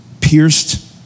pierced